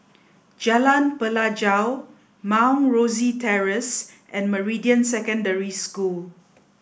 Jalan Pelajau Mount Rosie Terrace and Meridian Secondary School